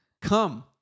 Come